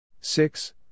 Six